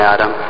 Adam